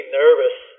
nervous